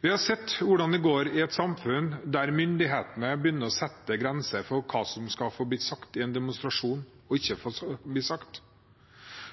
Vi har sett hvordan det går i samfunn der myndighetene begynner å sette grenser for hva det skal være lov å si og ikke si i en demonstrasjon.